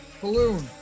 Balloon